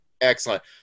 Excellent